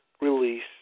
release